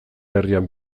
herrian